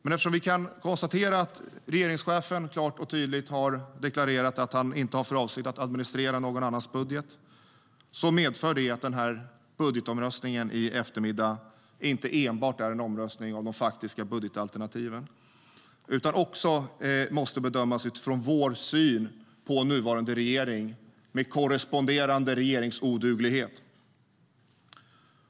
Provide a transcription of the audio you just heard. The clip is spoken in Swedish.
Men vi kan konstatera att regeringschefen klart och tydligt har deklarerat att han inte har för avsikt att administrera någon annans budget. Det medför att budgetomröstningen i eftermiddag inte enbart är en omröstning om de faktiska budgetalternativen. Den måste också bedömas utifrån vår syn på nuvarande regering med korresponderande regeringsoduglighet.